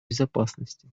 безопасности